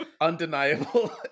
undeniable